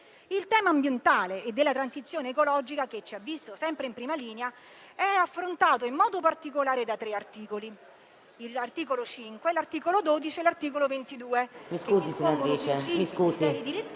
Il tema ambientale e della transizione ecologica, che ci ha visto sempre in prima linea, è affrontato in modo particolare da tre articoli: l'articolo 5, l'articolo 12 e l'articolo 22... *(Brusio)*. PRESIDENTE. Mi scusi,